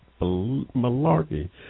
malarkey